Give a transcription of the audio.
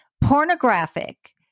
pornographic